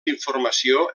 informació